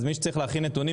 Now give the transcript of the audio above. אז מי שצריך להכין נתונים,